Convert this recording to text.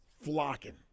flocking